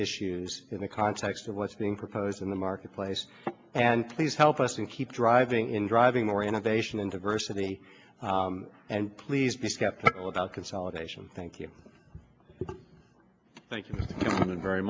issues in the context of what's being proposed in the marketplace and please help us and keep driving in driving more innovation and diversity and please be skeptical about consolidation thank you thank you very